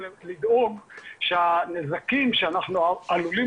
אנחנו צריכים לדאוג שהנזקים שאנחנו עלולים